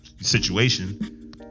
situation